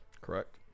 Correct